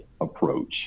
approach